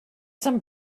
some